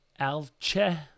alche